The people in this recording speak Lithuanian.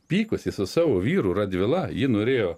pykosi su savo vyru radvila ji norėjo